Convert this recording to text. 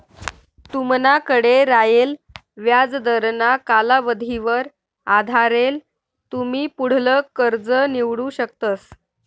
तुमनाकडे रायेल व्याजदरना कालावधीवर आधारेल तुमी पुढलं कर्ज निवडू शकतस